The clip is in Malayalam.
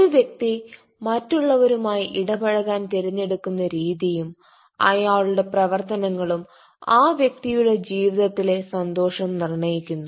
ഒരു വ്യക്തി മറ്റുള്ളവരുമായി ഇടപഴകാൻ തിരഞ്ഞെടുക്കുന്ന രീതിയും അയാളുടെ പ്രവർത്തനങ്ങളും ആ വ്യക്തിയുടെ ജീവിതത്തിലെ സന്തോഷം നിർണയിക്കുന്നു